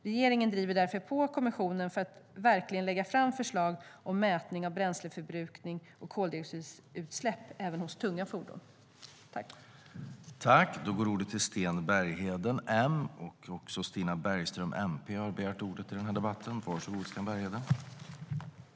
Regeringen driver därför på kommissionen att verkligen lägga fram förslag om mätning av bränsleförbrukning och koldioxidutsläpp även hos tunga fordon.